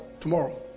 tomorrow